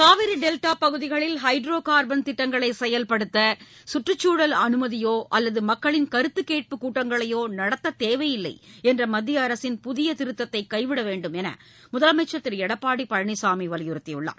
Kaveri delta பகுதிகளில் hydrocarbon திட்டங்களை செயல்படுத்த கற்றுச்சூழல் அனுமதியோ அல்லது மக்களின் கருத்துக் கேட்பு கூட்டங்களையோ நடத்த தேவையில்லை என்ற மத்திய அரசின் புதிய திருத்ததை கைவிட வேண்டும் என முதலமைச்ச் திரு எடப்பாடி பழனிசாமி வலியுறுத்தியுள்ளார்